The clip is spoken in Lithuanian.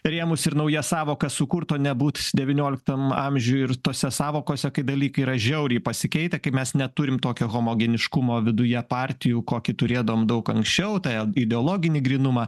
rėmus ir naujas sąvokas sukurt o ne būt devynioliktam amžiuj ir tose sąvokose kai dalykai yra žiauriai pasikeitę kai mes neturim tokio homogeniškumo viduje partijų kokį turėdavom daug anksčiau tą e ideologinį grynumą